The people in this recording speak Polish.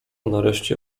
nareszcie